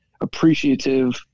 appreciative